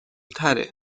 تره